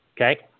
Okay